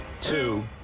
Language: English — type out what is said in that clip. two